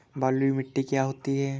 बलुइ मिट्टी क्या होती हैं?